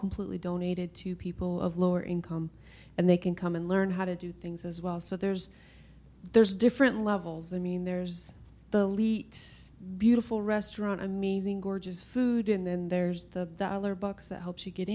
completely donated to people of lower income and they can come and learn how to do things as well so there's there's different levels i mean there's the beautiful restaurant amazing gorgeous food and then there's the dollar bucks that helps you get